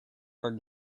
heard